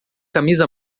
camisa